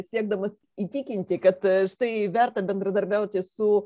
siekdamas įtikinti kad štai verta bendradarbiauti su